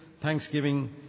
thanksgiving